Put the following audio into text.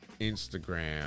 Instagram